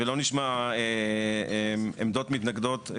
ולא נשמע עמדות מתנגדות.